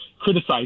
criticize